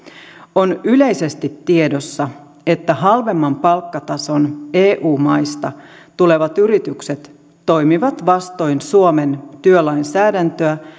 on yleisesti tiedossa että halvemman palkkatason eu maista tulevat yritykset toimivat vastoin suomen työlainsäädäntöä